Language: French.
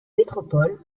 métropole